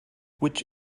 which